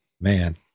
man